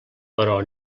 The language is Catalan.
però